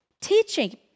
teaching